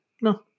No